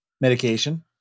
medication